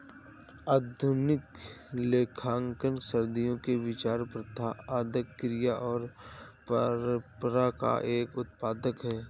आधुनिक लेखांकन सदियों के विचार, प्रथा, आदत, क्रिया और परंपरा का एक उत्पाद है